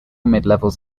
midlevels